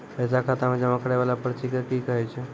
पैसा खाता मे जमा करैय वाला पर्ची के की कहेय छै?